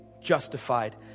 justified